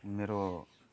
मेरो